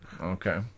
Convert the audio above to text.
Okay